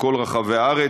בכל רחבי הארץ.